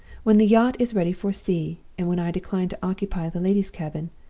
when the yacht is ready for sea, and when i decline to occupy the lady's cabin,